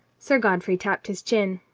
sir godfrey tapped his chin.